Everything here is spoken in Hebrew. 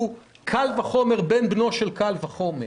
אז קל וחומר בן בנו של קל וחומר